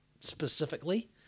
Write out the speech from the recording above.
specifically